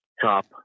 top